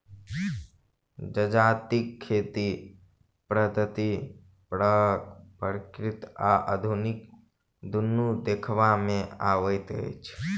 जजातिक खेती पद्धति पारंपरिक आ आधुनिक दुनू देखबा मे अबैत अछि